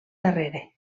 darrere